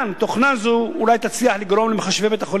תוכנה זו אולי תצליח לגרום למחשבי בתי-החולים